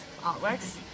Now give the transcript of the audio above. artworks